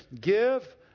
Give